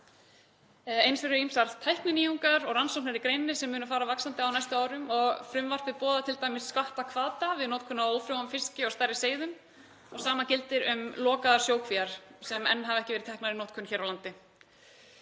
Eins eru ýmsar tækninýjungar og rannsóknir í greininni sem munu fara vaxandi á næstu árum og frumvarpið boðar t.d. skattahvata við notkun á ófrjóum fiski og stærri seiðum og sama gildir um lokaðar sjókvíar sem enn hafa ekki verið teknar í notkun hér á landi.